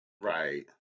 right